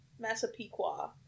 Massapequa